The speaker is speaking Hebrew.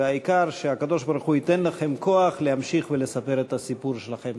והעיקר שהקדוש-ברוך-הוא ייתן לכם כוח להמשיך ולספר את הסיפור שלכם.